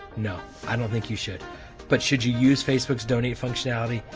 no, i don't think you should but should you use facebook's donate functionality?